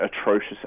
atrocious